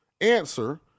answer